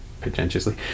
pretentiously